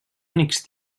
únics